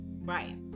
Right